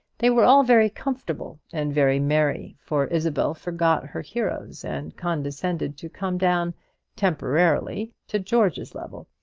they were all very comfortable and very merry, for isabel forgot her heroes, and condescended to come down temporarily to george's level,